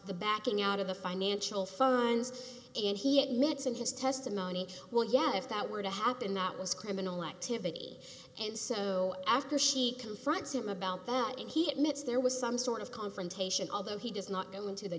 the backing out of the financial fines and he admits interest testimony well yeah if that were to happen that was criminal activity and so after she confronts him about that and he admits there was some sort of confrontation although he does not go into the